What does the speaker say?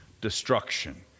destruction